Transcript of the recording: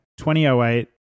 2008